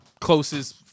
closest